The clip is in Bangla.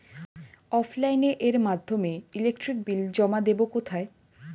অফলাইনে এর মাধ্যমে ইলেকট্রিক বিল জমা দেবো কোথায়?